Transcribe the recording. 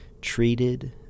treated